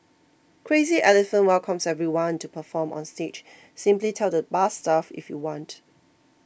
Crazy Elephant welcomes everyone to perform on stage simply tell the bar staff if you want